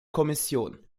kommission